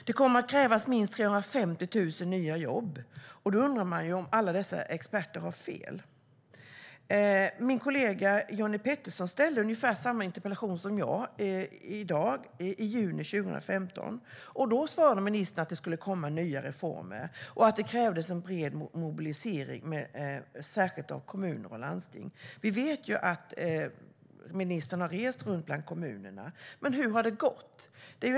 Det kommer att krävas minst 350 000 nya jobb. Då undrar man om alla dessa experter har fel. Min kollega Jenny Petersson ställde en liknande interpellation i maj 2015. Ministern svarade att det skulle komma nya reformer och att det krävdes en "bred mobilisering", särskilt av kommuner och landsting. Vi vet att ministern har rest runt bland kommunerna. Men hur har det gått?